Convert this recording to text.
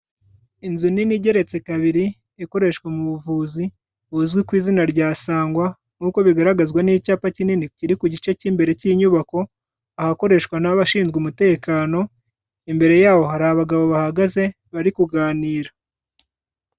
Inzu nini igeretse kabiri ikoreshwa mu buvuzi buzwi ku izina rya Sangwa, nk'uko bigaragazwa n'icyapa kinini kiri ku gice k'imbere k'inyubako, ahakoreshwa n'abashinzwe umutekano, imbere yaho hari abagabo bahagaze bari kuganira.